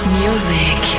music